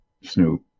Snoop